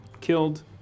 killed